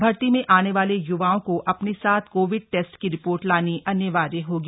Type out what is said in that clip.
भर्ती में आने वाले युवाओं को अपने साथ कोविड टेस्ट की रिपोर्ट लानी अनिवार्य होगी